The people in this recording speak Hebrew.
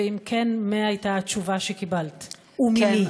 ואם כן, מה הייתה התשובה שקיבלת וממי?